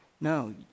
No